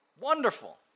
Wonderful